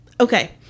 okay